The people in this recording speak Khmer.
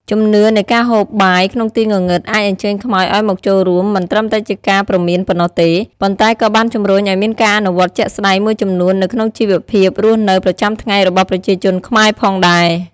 ជំនឿនៃការហូបបាយក្នុងទីងងឹតអាចអញ្ជើញខ្មោចឲ្យមកចូលរួម មិនត្រឹមតែជាការព្រមានប៉ុណ្ណោះទេ ប៉ុន្តែក៏បានជំរុញឲ្យមានការអនុវត្តជាក់ស្តែងមួយចំនួននៅក្នុងជីវភាពរស់នៅប្រចាំថ្ងៃរបស់ប្រជាជនខ្មែរផងដែរ ។